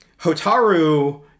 Hotaru